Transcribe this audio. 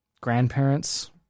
grandparents